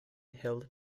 held